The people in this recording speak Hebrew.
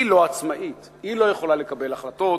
היא לא עצמאית, היא לא יכולה לקבל החלטות